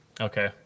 Okay